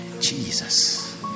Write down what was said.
Jesus